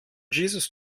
jesus